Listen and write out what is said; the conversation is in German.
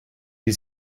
die